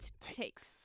takes